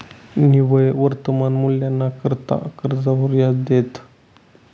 निव्वय वर्तमान मूल्यना करता कर्जवर याज देतंस